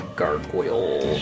gargoyle